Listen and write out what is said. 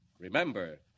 Remember